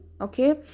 Okay